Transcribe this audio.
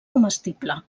comestible